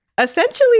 essentially